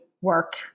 work